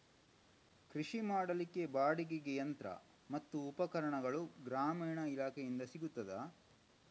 ಕೃಷಿ ಮಾಡಲಿಕ್ಕೆ ಬಾಡಿಗೆಗೆ ಯಂತ್ರ ಮತ್ತು ಉಪಕರಣಗಳು ಗ್ರಾಮೀಣ ಇಲಾಖೆಯಿಂದ ಸಿಗುತ್ತದಾ?